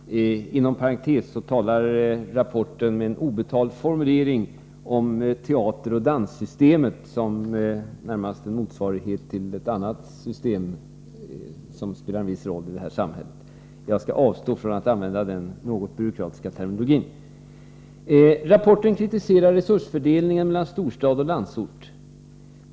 Inom parentes sagt talar rapporten med en obetalbar formulering om ”teateroch danssystemet”, närmast som en motsvarighet till ett annat system, som spelar en viss roll i samhället. Jag skall avstå från att använda den något byråkratiska terminologin. Rapporten kritiserar resursfördelningen mellan storstad och landsort.